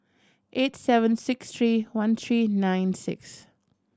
eight seven six three one three nine six